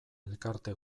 elkarte